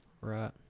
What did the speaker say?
Right